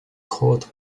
caught